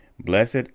Blessed